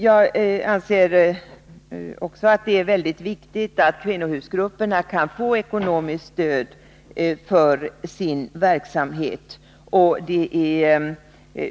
Jag anser också att det är mycket viktigt att kvinnohusgrupperna kan få ekonomiskt stöd för sin verksamhet.